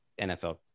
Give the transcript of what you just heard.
NFL